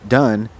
done